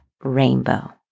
rainbow